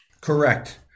Correct